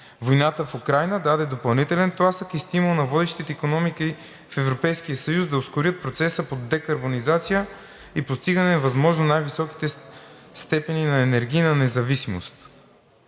Войната в Украйна даде допълнителен тласък и стимул на водещите икономики в Европейския съюз, за да ускорят процеса по декарбонизация и постигане на възможно най-високите степени на енергийна независимост.